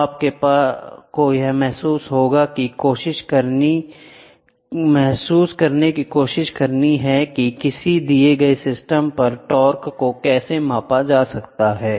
तो आपको यह महसूस करने की कोशिश करनी है कि किसी दिए गए सिस्टम पर टार्क को कैसे मापना है